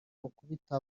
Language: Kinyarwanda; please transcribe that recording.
bakubita